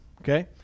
Okay